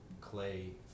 clay